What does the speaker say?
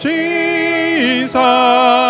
Jesus